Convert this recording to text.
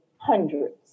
hundreds